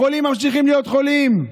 החולים ממשיכים להיות חולים.